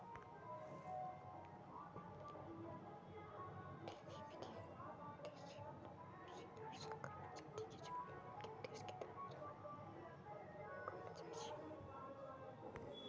देशी, विदेशी और संकर प्रजाति के चुनाव व्यापार के उद्देश्य के ध्यान में रखकर कइल जाहई